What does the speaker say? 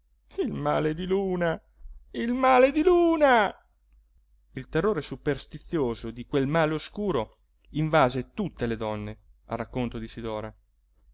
presa il male di luna il male di luna il terrore superstizioso di quel male oscuro invase tutte le donne al racconto di sidora